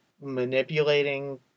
manipulating